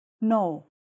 No